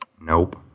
Nope